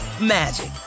magic